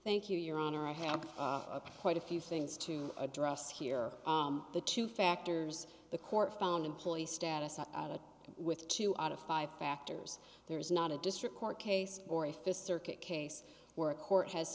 thank you your honor i have quite a few things to address here the two factors the court found employee status and with two out of five factors there is not a district court case or a fifth circuit case where a court has